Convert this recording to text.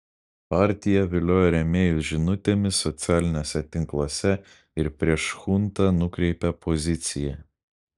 partija vilioja rėmėjus žinutėmis socialiniuose tinkluose ir prieš chuntą nukreipta pozicija